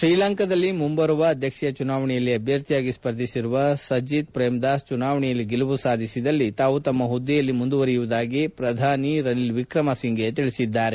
ಶ್ರೀಲಂಕಾದಲ್ಲಿ ಮುಂಬರುವ ಅಧ್ಯಕ್ಷೀಯ ಚುನಾವಣೆಯಲ್ಲಿ ಅಭ್ಯರ್ಥಿಯಾಗಿ ಸ್ವರ್ಧಿಸಿರುವ ಸಜಿತ್ ಪ್ರೇಮ್ದಾಸ್ ಚುನಾವಣೆಯಲ್ಲಿ ಗೆಲುವು ಸಾಧಿಸಿದಲ್ಲಿ ತಾವು ತಮ್ನ ಹುದ್ದೆಯಲ್ಲಿ ಮುಂದುವರಿಯುವುದಾಗಿ ಪ್ರಧಾನಿ ರನಿಲ್ ವಿಕ್ರಮ ಸಿಂಫೆ ಹೇಳಿದ್ದಾರೆ